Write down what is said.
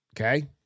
Okay